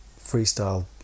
freestyle